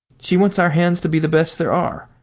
she wants our hens to be the best there are.